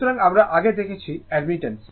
সুতরাং আমরা আগে দেখেছি অ্যাডমিটেন্স